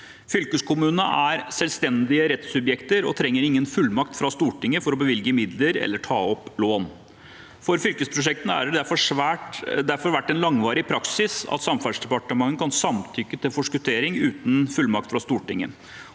Fylkeskommunene er selvstendige rettssubjekter og trenger ikke fullmakt fra Stortinget til å bevilge midler eller ta opp lån. For fylkesveiprosjekter har det derfor vært en langvarig praksis at Samferdselsdepartementet kan samtykke til forskuttering uten fullmakt fra Stortinget,